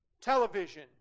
Television